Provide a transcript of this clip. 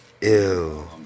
Ew